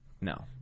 No